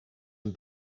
een